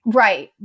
right